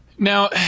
Now